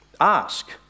ask